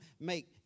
make